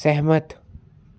सैह्मत